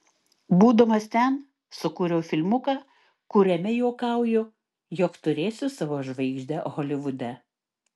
būdamas ten sukūriau filmuką kuriame juokauju jog turėsiu savo žvaigždę holivude